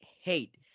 hate